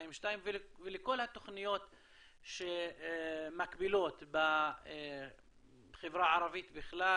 ולכל התוכניות שמקבילות בחברה הערבית בכלל,